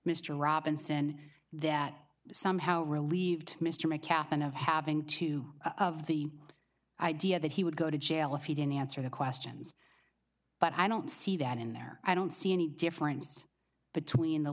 mr robinson that somehow relieved mr metcalf and of having two of the idea that he would go to jail if he didn't answer the questions but i don't see that in there i don't see any difference between the